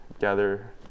gather